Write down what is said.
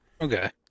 Okay